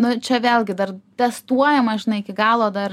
nu čia vėlgi dar testuojama žinai iki galo dar